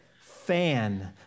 fan